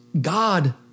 God